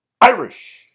Irish